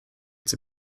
its